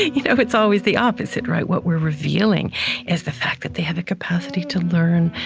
you know it's always the opposite, right? what we're revealing is the fact that they have a capacity to learn,